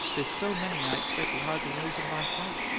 there's so many i expect he hardly knows him by sight.